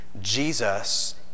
Jesus